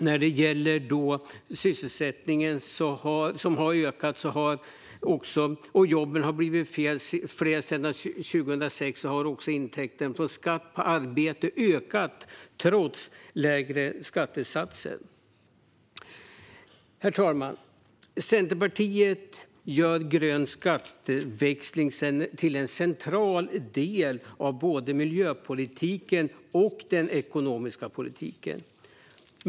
När sysselsättningen har ökat och jobben har blivit fler sedan 2006 har också intäkterna från skatter på arbete ökat, trots lägre skattesatser. Herr talman! Centerpartiet gör grön skatteväxling till en central del av både miljöpolitiken och den ekonomiska politiken.